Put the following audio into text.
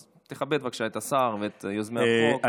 אז תכבד בבקשה את השר ואת יוזמי החוק.